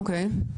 אוקי.